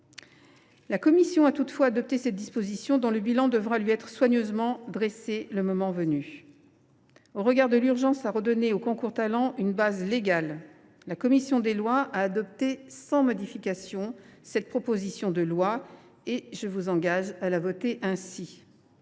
La commission a toutefois adopté cette disposition, dont le bilan devra être soigneusement établi le moment venu. Au regard de l’urgence à redonner aux concours Talents une base légale, la commission des lois a adopté sans modification cette proposition de loi, que je vous invite à voter ainsi.